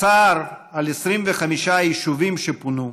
הצער על 25 היישובים שפונו,